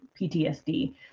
PTSD